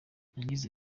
yagize